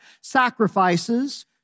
sacrifices